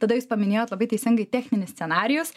tada jūs paminėjot labai teisingai techninis scenarijus